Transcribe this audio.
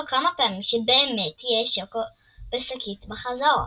כמה פעמים שבאמת יהיה שוקו בשקית בחזור.